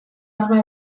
arma